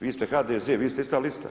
Vi ste HDZ, vi ste ista lista.